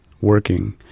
working